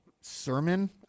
sermon